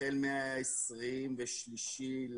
החל מה-23.2,